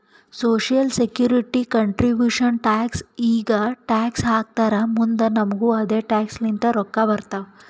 social security contribution tax ಈಗ tax ಹಾಕ್ತಾರ್ ಮುಂದ್ ನಮುಗು ಅದೆ ಟ್ಯಾಕ್ಸ್ ಲಿಂತ ರೊಕ್ಕಾ ಬರ್ತಾವ್